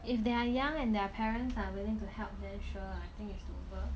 if they are young and their parents are willing to help then sure I think it's doable